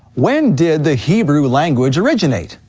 when did the hebrew language originate?